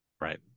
Right